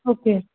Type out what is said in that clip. okay